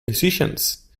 musicians